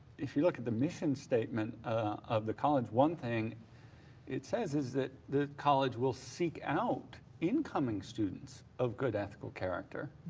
if you look at the mission statement the college, one thing it says is that the college will seek out incoming students of good ethical character.